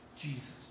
Jesus